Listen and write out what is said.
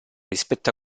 rispetto